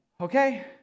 okay